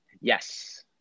yes